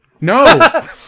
No